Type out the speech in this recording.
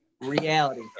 Reality